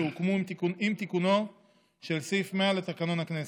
שיוקמו עם תיקונו של סעיף 100 לתקנון הכנסת.